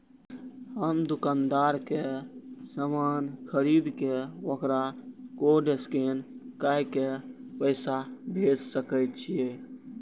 हम दुकानदार के समान खरीद के वकरा कोड स्कैन काय के पैसा भेज सके छिए?